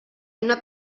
una